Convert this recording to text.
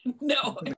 no